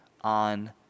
on